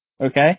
okay